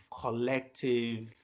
collective